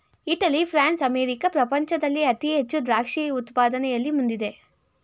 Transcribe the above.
Italy, France, America ಪ್ರಪಂಚದಲ್ಲಿ ಅತಿ ಹೆಚ್ಚು ದ್ರಾಕ್ಷಿ ಉತ್ಪಾದನೆಯಲ್ಲಿ ಮುಂದಿದೆ